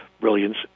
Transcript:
brilliance